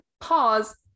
Pause